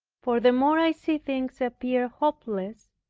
for the more i see things appear hopeless,